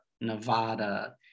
Nevada